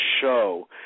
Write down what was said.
show